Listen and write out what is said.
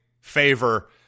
favor